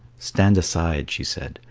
stand aside, she said,